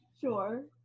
Sure